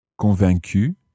Convaincu